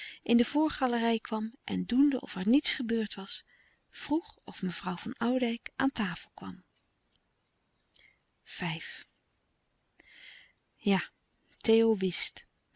in de voorgalerij kwam en doende of louis couperus de stille kracht er niets gebeurd was vroeg of mevrouw van oudijck aan tafel kwam ja theo